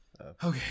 Okay